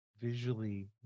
visually